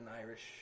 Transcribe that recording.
Irish